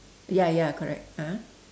ya ya correct ah